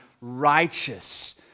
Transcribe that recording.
righteous